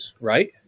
right